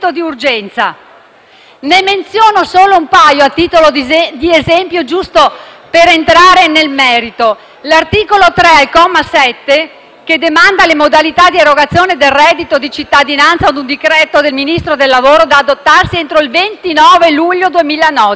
Ne menziono solo un paio a titolo di esempio, giusto per entrare nel merito. L'articolo 3, comma 7, demanda le modalità di erogazione del reddito di cittadinanza ad un decreto del Ministro del lavoro e delle politiche sociali da adottarsi entro il 29 luglio 2019: